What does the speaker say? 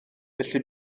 felly